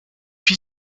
fit